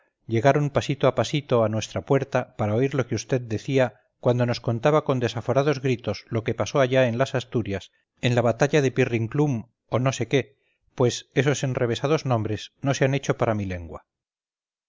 llegaron pasito a pasito a nuestra puerta para oír lo que vd decía cuando nos contaba con desaforados gritos lo que pasó allá en las asturias en la batalla de pirrinclum o no sé qué pues esos enrevesados nombres no se han hecho para mi lengua